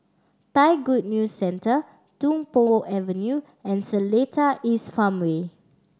Thai Good News Centre Tung Po Avenue and Seletar East Farmway